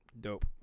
Dope